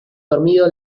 dormido